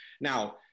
Now